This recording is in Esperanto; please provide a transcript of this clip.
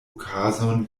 okazon